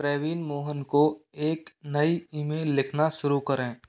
प्रवीण मोहन को एक नई ईमेल लिखना शुरू करें